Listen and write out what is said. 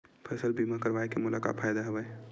फसल बीमा करवाय के मोला का फ़ायदा हवय?